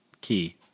key